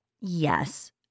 Yes